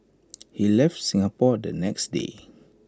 he left Singapore the next day